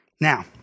Now